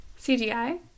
CGI